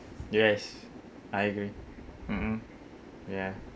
yes I agree mmhmm ya